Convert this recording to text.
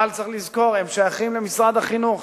אבל צריך לזכור, הם שייכים למשרד החינוך